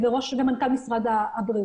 על מנת לקדם חלופות וולונטריות